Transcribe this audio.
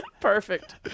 Perfect